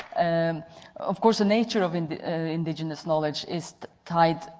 and of course the nature of and indigenous knowledge is tied,